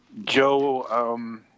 Joe